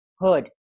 Hood